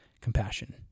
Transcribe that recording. compassion